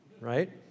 right